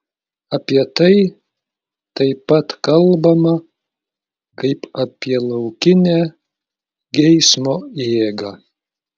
apie tai taip pat kalbama kaip apie laukinę geismo jėgą